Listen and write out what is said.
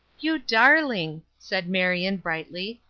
you darling! said marion, brightly,